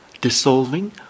Dissolving